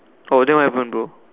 oh then what happened bro